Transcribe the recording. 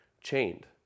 chained